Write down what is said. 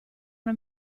una